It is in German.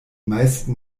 meisten